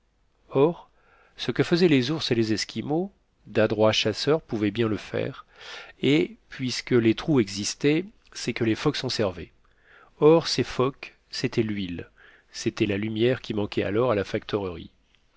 or ce que faisaient les ours et les esquimaux d'adroits chasseurs pouvaient bien le faire et puisque les trous existaient c'est que les phoques s'en servaient or ces phoques c'était l'huile c'était la lumière qui manquait alors à la